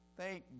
Thank